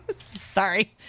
Sorry